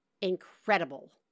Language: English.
incredible